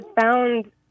found